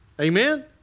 Amen